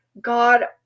God